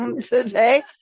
today